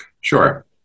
Sure